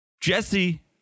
Jesse